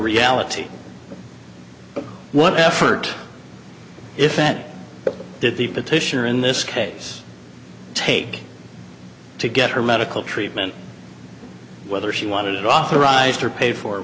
reality what effort if it did the petitioner in this case take to get her medical treatment whether she wanted it authorized or paid for